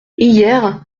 hier